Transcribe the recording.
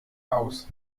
aus